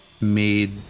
made